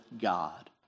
God